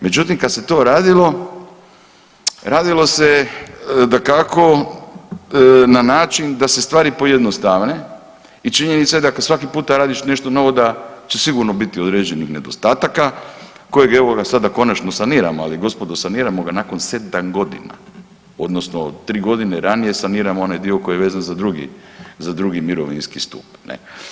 Međutim, kad se to radilo, radilo se dakako na način da se stvari pojednostave i činjenica je da kad svaki puta radiš nešto novo da će sigurno biti određenih nedostataka kojeg evo ga, sada konačno saniramo, ali gospodo, saniramo ga nakon 7 godina, odnosno 3 godine ranije saniramo onaj dio koji je vezan za drugi mirovinski stup, ne?